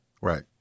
Right